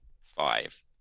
five